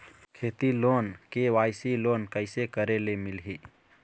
खेती loan KYC loan कइसे करे ले मिलही?